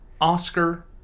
Oscar